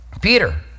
Peter